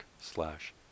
slash